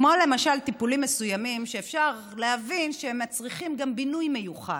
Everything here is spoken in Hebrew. כמו למשל טיפולים מסוימים שאפשר להבין שמצריכים גם בינוי מיוחד.